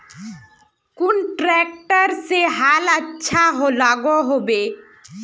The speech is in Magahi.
कुन ट्रैक्टर से हाल अच्छा लागोहो होबे?